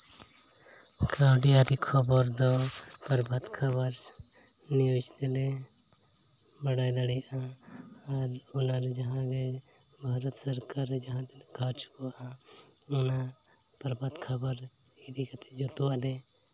ᱠᱟᱹᱣᱰᱤ ᱟᱹᱨᱤ ᱠᱷᱚᱵᱚᱨ ᱫᱚ ᱯᱨᱚᱵᱷᱟᱛ ᱠᱷᱚᱵᱚᱨ ᱱᱤᱭᱩᱡᱽ ᱛᱮᱞᱮ ᱵᱟᱰᱟᱭ ᱫᱟᱲᱮᱭᱟᱜᱼᱟ ᱟᱨ ᱚᱱᱟ ᱨᱮ ᱡᱟᱦᱟᱸ ᱜᱮ ᱵᱷᱟᱨᱚᱛ ᱥᱚᱨᱠᱟᱨᱤ ᱡᱟᱦᱟᱸ ᱛᱤᱱᱟᱹᱜ ᱠᱟᱡᱽ ᱩᱰᱩᱠᱚᱜᱼᱟ ᱚᱱᱟ ᱯᱨᱚᱵᱷᱟᱛ ᱠᱷᱚᱵᱚᱨ ᱨᱮ ᱰᱤ ᱠᱟᱛᱮ ᱡᱷᱚᱛᱚ ᱟᱜ ᱞᱮ